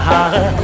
Haare